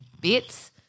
bits